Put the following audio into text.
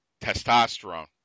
testosterone